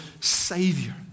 savior